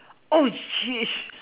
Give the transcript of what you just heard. oh sheesh